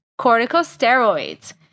corticosteroids